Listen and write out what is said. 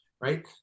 right